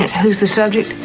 who's the subject?